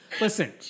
Listen